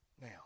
Now